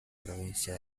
provincia